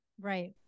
Right